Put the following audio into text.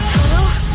Hello